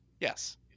Yes